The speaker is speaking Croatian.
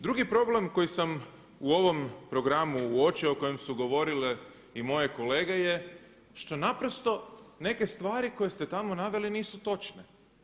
Drugi problem koji sam u ovom programu uočio o kojem su govorile i moje kolege je što naprosto neke stvari koje ste tamo naveli nisu točne.